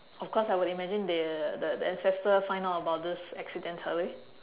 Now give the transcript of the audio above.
of course I would imagine they the the ancestor find out about this accidentally